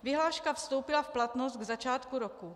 Vyhláška vstoupila v platnost k začátku roku.